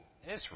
Israel